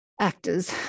actors